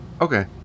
Okay